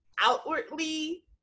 outwardly